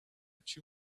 two